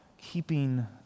keeping